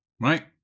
right